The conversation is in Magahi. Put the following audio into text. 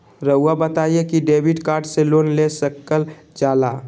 रहुआ बताइं कि डेबिट कार्ड से लोन ले सकल जाला?